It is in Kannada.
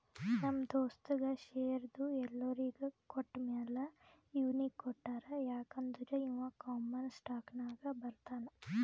ನಮ್ ದೋಸ್ತಗ್ ಶೇರ್ದು ಎಲ್ಲೊರಿಗ್ ಕೊಟ್ಟಮ್ಯಾಲ ಇವ್ನಿಗ್ ಕೊಟ್ಟಾರ್ ಯಾಕ್ ಅಂದುರ್ ಇವಾ ಕಾಮನ್ ಸ್ಟಾಕ್ನಾಗ್ ಬರ್ತಾನ್